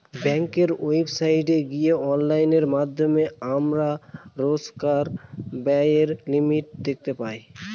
ব্যাঙ্কের ওয়েবসাইটে গিয়ে অনলাইনের মাধ্যমে আমরা রোজকার ব্যায়ের লিমিট দেখতে পাই